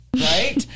Right